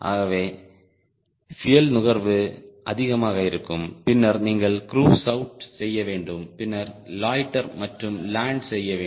ஆகவே பியூயல் நுகர்வு அதிகமாக இருக்கும் பின்னர் நீங்கள் க்ரூஸ் அவுட் செய்ய வேண்டும் பின்னர் லொய்ட்டர் மற்றும் லேண்ட் செய்ய வேண்டும்